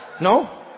No